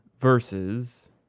versus